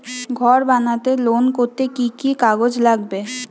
ঘর বানাতে লোন করতে কি কি কাগজ লাগবে?